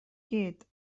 gyd